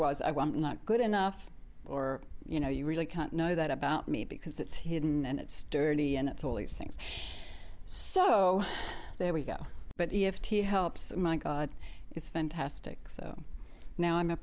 was not good enough or you know you really can't know that about me because that's hidden and it's dirty and it's all these things so there we go but if he helps my god it's fantastic so now i'm a